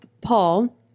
Paul